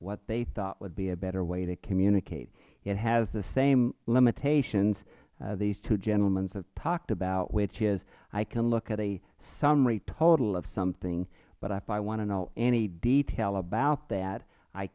what they thought would be a better way to communicate it has the same limitations these two gentlemen have talked about which is i can look at a summary total of something but if i want to know any detail